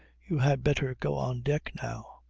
you had better go on deck now.